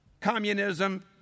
communism